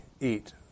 eat